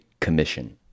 Commission